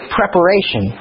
preparation